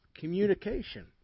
communication